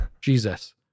Jesus